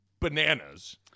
bananas